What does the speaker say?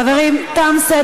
מי אמר, חברים, תם סדר-היום.